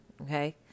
okay